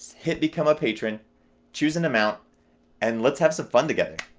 hit become a patron choose an amount and lets have some fun together.